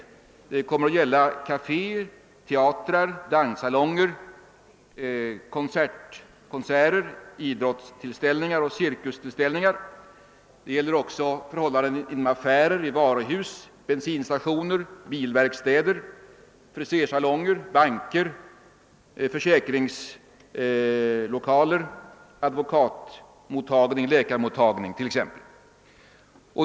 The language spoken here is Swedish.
Vidare gäller det t.ex. kaféer, teatrar, danssalonger, konserter ,idrottstillställningar och cirkustillställningar, förhållanden i affärer och varuhus, på bensinstationer, bilverkstäder, frisérsalonger och banker, i försäkringslokaler, advokatmottagningar och = läkarmottagningar.